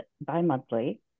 bi-monthly